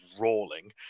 rolling